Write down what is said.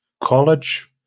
college